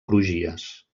crugies